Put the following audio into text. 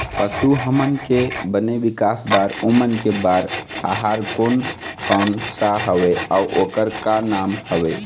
पशु हमन के बने विकास बार ओमन के बार आहार कोन कौन सा हवे अऊ ओकर का नाम हवे?